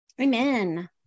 amen